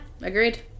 agreed